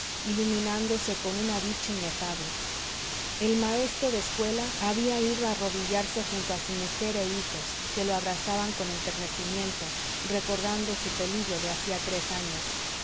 melancolía iluminándose con una dicha inefable el maestro de escuela había ido a arrodillarse junto a su mujer e hijos que lo abrazaban con enternecimiento recordando su peligro de hacía tres años